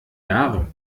jahre